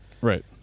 Right